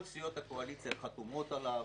כל סיעות הקואליציה חתומות עליו.